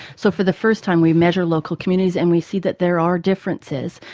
so for the first time we measure local communities and we see that there are differences,